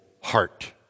heart